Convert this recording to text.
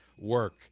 Work